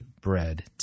bread